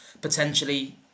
potentially